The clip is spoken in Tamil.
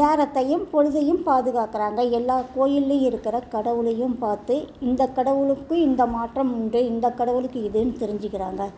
நேரத்தையும் பொழுதையும் பாதுகாக்கிறாங்க எல்லா கோயில்லையும் இருக்கிற கடவுளையும் பார்த்து இந்த கடவுளுக்கும் இந்த மாற்றம் உண்டு இந்த கடவுளுக்கு இதுன்னு தெரிஞ்சிக்கிறாங்க